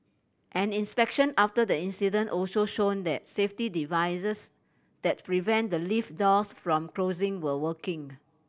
an inspection after the incident also shown that safety devices that prevent the lift doors from closing were working